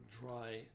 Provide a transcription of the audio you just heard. dry